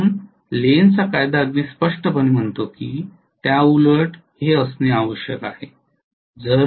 म्हणून लेन्झचा कायदा अगदी स्पष्टपणे म्हणतो की त्याउलट असणे आवश्यक आहे